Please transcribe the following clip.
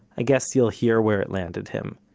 i guess, you'll hear where it landed him.